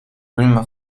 prima